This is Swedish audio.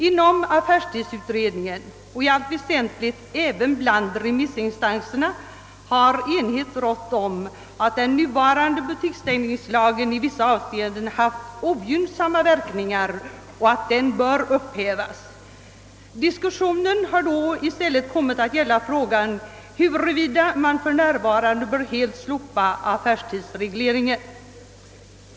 Inom affärstidsutredningen och bland de flesta remissinstanserna har enighet rått om att den nuvarande butiksstängningslagen i vissa avseenden haft ogynnsamma verkningar och att den bör upphävas. Diskussionen har i stället kommit att gälla frågan, huruvida man för närvarande helt bör slopa affärstidsregleringen.